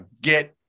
get –